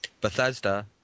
Bethesda